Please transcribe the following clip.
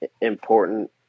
important